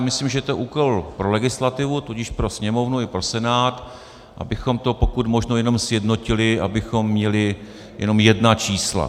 Já myslím, že je to úkol pro legislativu, tudíž pro Sněmovnu i pro Senát, abychom to pokud možno jenom sjednotili, abychom měli jenom jedna čísla.